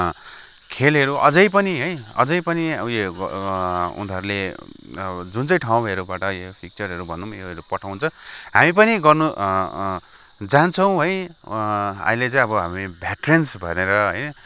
खेलहरू अझै पनि है अझै पनि उयो उनीहरूले जुन चाहिँ ठाउँहरूबाट यो फिक्चरहरू भनौँ योहरू पठाउँछ हामी पनि गर्न जान्छौँ है अहिले चाहिँ अब हामी भेट्रेन्स भनेर है